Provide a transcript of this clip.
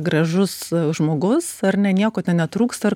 gražus žmogus ar ne nieko ten netrūksta